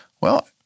Well-